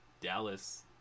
Dallas